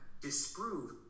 disprove